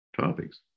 topics